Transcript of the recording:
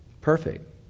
Perfect